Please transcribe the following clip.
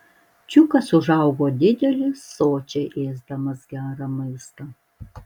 čiukas užaugo didelis sočiai ėsdamas gerą maistą